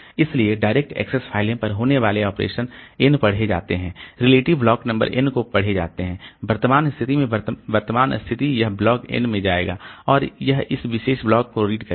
इसलिए direct access फ़ाइलों पर होने वाले ऑपरेशन n पढ़े जाते हैं रिलेटिव ब्लॉक नंबर n को पढ़े जाते हैं वर्तमान स्थिति से वर्तमान स्थिति यह ब्लॉक n में जाएगा और यह इस विशेष ब्लॉक को रीड करेगा